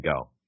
go